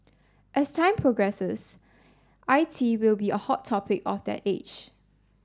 as time progresses I T will be a hot topic of that age